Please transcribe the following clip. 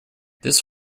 this